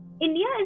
India